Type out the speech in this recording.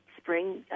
spring